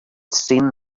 seen